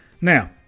Now